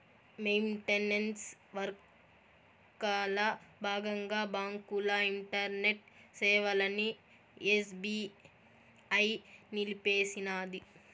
maintenance వర్కల బాగంగా బాంకుల ఇంటర్నెట్ సేవలని ఎస్బీఐ నిలిపేసినాది